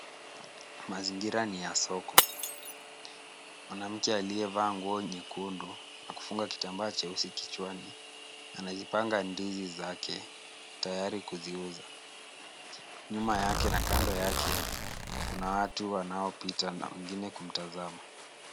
Mazingira ni ya soko. Mwanamke aliyevaa nguo nyekundu na funga kitambaa cheusi kichuani anazipanga ndizi zake tayari kuziuza. Nyuma yake na kando yake kuna watu wanaopita na wengine kumtazama.